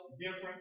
different